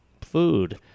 food